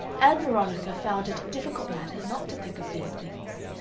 ann veronica found it a difficult matter not to think of these things.